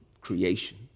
creation